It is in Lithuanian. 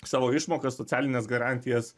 savo išmokas socialines garantijas